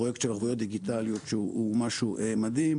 פרויקט של ערבויות דיגיטליות שהוא משהו מדהים,